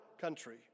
country